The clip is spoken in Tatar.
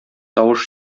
тавыш